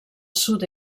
sud